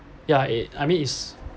ya it I mean it's